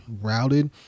routed